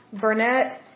Burnett